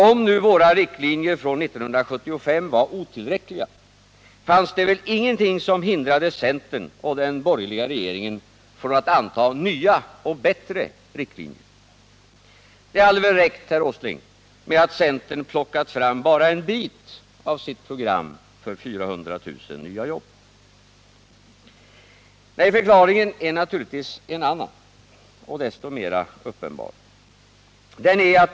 Om nu våra riktlinjer från 1975 var otillräckliga, fanns det väl ingenting som hindrade centern och den borgerliga regeringen från att anta nya och bättre riktlinjer? Det hade väl räckt, herr Åsling, med att centern plockat fram bara en bit av sitt program för 400 000 nya jobb? Förklaringen är naturligtvis en annan, och desto mera uppenbar.